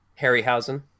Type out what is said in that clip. Harryhausen